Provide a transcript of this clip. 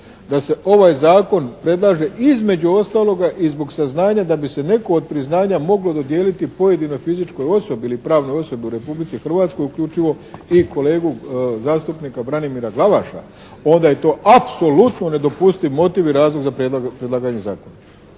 da se ovaj zakon predlaže između ostaloga i zbog saznanja da bi se netko od priznanja moglo dodijeliti pojedinoj fizičkoj osobi ili pravnoj osobi u Republici Hrvatskoj uključivo i kolegu zastupnika Branimira Glavaša, onda je to apsolutno nedopustiv motiv i razlog za predlaganje zakona.